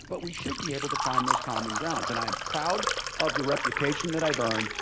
but we should be able to find those common grounds. and i'm proud of the reputation that i've earned,